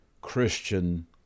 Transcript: Christian